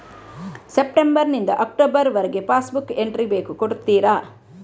September ನಿಂದ October ವರಗೆ passbook entry ಬೇಕು ಕೊಡುತ್ತೀರಾ?